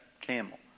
camel